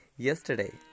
Yesterday